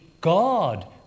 God